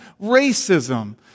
racism